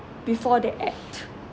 before they act